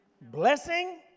Blessing